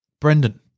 Brendan